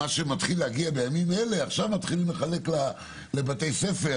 זה מה שמתחיל להגיע בימים אלה - עכשיו מתחילים לחלק בדיקות לבתי ספר.